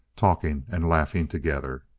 talking and laughing together.